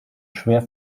schwer